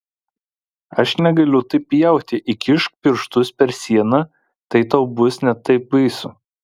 aš negaliu taip pjauti įkišk pirštus per sieną tai tau bus net taip baisu